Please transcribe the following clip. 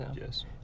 Yes